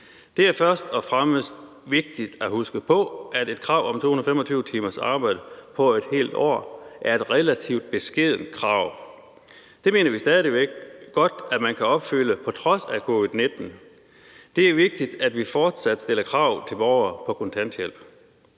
Det er først og fremmest vigtigt at huske på, at et krav om 225 timers arbejde på et helt år er et relativt beskedent krav. Det mener vi stadig væk godt man kan opfylde på trods af covid-19. Det er vigtigt, at vi fortsat stiller krav til borgere på kontanthjælp.